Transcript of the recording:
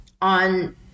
On